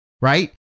right